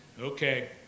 okay